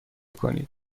کنید